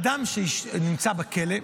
אדם שנמצא בכלא,